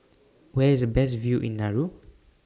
Where IS Best View in Nauru